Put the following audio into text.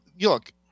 look